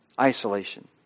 Isolation